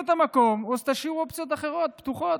תפנו את המקום, או שתשאירו אופציות אחרות, פתוחות.